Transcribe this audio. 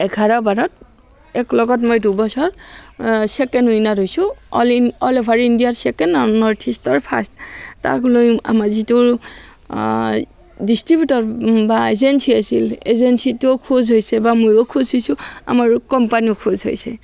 এঘাৰ বাৰত একলগত মই দুবছৰ ছেকেণ্ড উইনাৰ হৈছোঁ অল অল অভাৰ ইণ্ডিয়াৰ ছেকেণ্ড আৰু নৰ্থ ইষ্টৰ ফাষ্ট তাক লৈ আমাৰ যিটো ডিষ্ট্ৰিবিউটৰ বা এজেঞ্চী আছিল এজেঞ্চীটো খুচ হৈছে বা ময়ো খুচ হৈছোঁ আমাৰ কোম্পানীও খুচ হৈছে